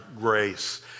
grace